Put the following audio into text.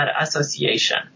association